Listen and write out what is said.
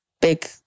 big